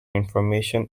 information